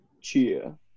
Cheer